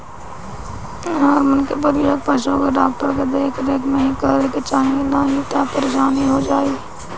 hormone के प्रयोग पशु के डॉक्टर के देख रेख में ही करे के चाही नाही तअ परेशानी हो जाई